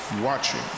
watching